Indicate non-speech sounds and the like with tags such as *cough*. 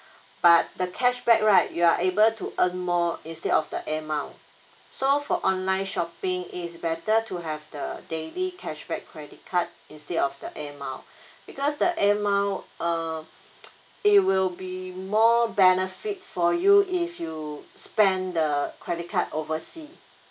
but the cashback right you are able to earn more instead of the Air Miles so for online shopping it is better to have the daily cashback credit card instead of the Air Miles because the Air Miles uh *noise* it will be more benefit for you if you spend the credit card overseas